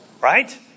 right